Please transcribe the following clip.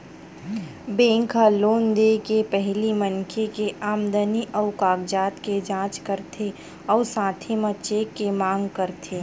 bank ह loan दे के पहिली मनखे के आमदनी अउ कागजात के जाँच करथे अउ साथे म चेक के मांग करथे